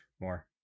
more